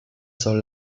son